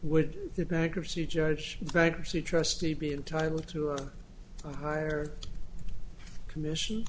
would be a bankruptcy judge bankruptcy trustee be entitled to a higher commission